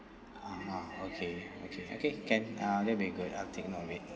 (uh huh) okay okay okay can uh that will be good I'll take note of it